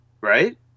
Right